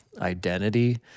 identity